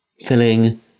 filling